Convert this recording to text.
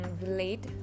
relate